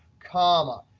comma,